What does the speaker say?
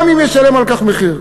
גם אם ישלם על כך מחיר.